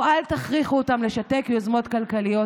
או אל תכריחו אותם לשתק יוזמות כלכליות.